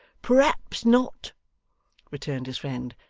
perhaps not returned his friend,